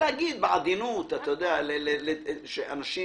לומר בעדינות שאנשים